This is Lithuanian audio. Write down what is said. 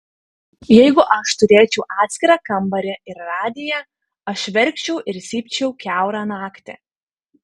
jeigu aš turėčiau atskirą kambarį ir radiją aš verkčiau ir cypčiau kiaurą naktį